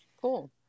Cool